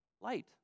light